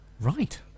Right